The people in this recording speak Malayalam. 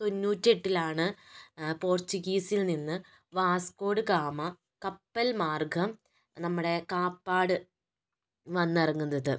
തൊന്നൂട്ടെട്ടിലാണ് പോർച്ചുഗീസിൽ നിന്ന് വാസ്കോഡഗാമ കപ്പൽ മാർഗം നമ്മുടെ കാപ്പാട് വന്നിറങ്ങുന്നത്